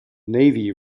navy